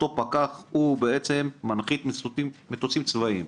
אותו פקח בעצם מנחית מטוסים צבאיים,